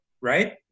right